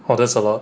!wah! that's a lot